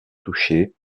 touchet